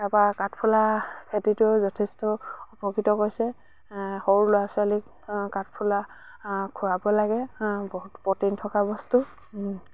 তাৰপা কাঠফুলা খেতিটো যথেষ্ট উপকৃত হৈছে সৰু ল'ৰা ছোৱালীক কাঠফুলা খোৱাব লাগে বহুত প্ৰটিন থকা বস্তু